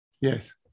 Yes